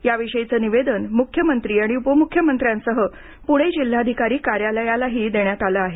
याविषयीचं निवेदन मुखमंत्री आणि उपमुख्यमंत्र्यांसह पुणे जिल्हाधिकारी कार्यालयालाही दिलं आहे